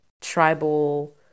tribal